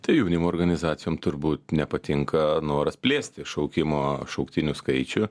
tai jaunimo organizacijom turbūt nepatinka noras plėsti šaukimo šauktinių skaičių